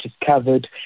discovered